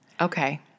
Okay